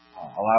allow